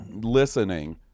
listening